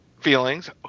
feelings